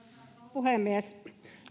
puhemies